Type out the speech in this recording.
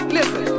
Listen